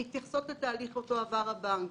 מתייחסות לתהליך אותו עבר הבנק.